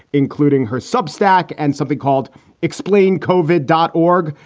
including her sub stack and something called explain kovik dot org,